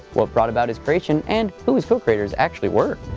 what brought about his creation, and who his co-creators actually were.